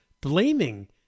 Blaming